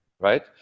Right